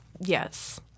Yes